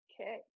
Okay